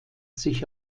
sich